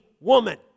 woman